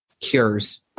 cures